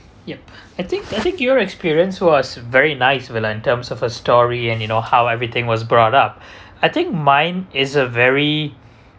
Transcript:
yup I think I think your experience was very nice vella in terms of a story and you know how everything was brought up I think mine is a very